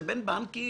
זה בין בנקים,